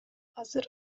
азыр